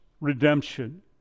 redemption